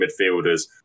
midfielders